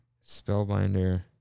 Spellbinder